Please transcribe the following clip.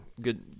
good